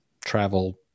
travel